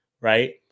right